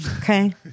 Okay